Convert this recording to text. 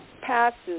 passes